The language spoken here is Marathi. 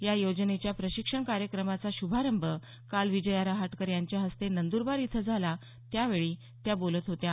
या योजनेच्या प्रशिक्षण कार्यक्रमाचा शुभारंभ काल विजया रहाटकर यांच्या हस्ते नंदरबार इथं झाला त्यावेळी त्या बोलत होत्या